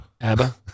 ABBA